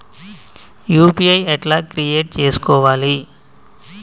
UPI ఎట్లా create చేసుకోవాలి?